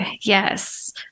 yes